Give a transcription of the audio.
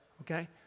okay